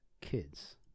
Kids